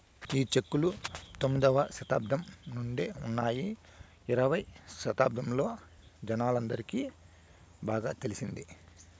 ఈ చెక్కులు తొమ్మిదవ శతాబ్దం నుండే ఉన్నాయి ఇరవై శతాబ్దంలో జనాలందరికి బాగా తెలిసింది